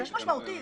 זה משמעותי.